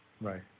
Right